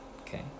okay